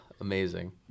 amazing